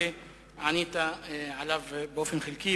שענית עליו באופן חלקי,